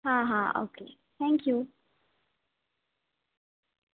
હા હા okay thank you